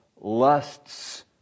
lusts